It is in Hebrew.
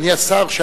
אדוני השר,